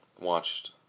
watched